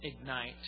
Ignite